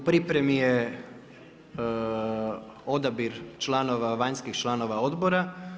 U pripremi je odabir članova, vanjskih članova odbora.